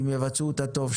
אם יבצעו אותה טוב,